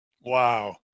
Wow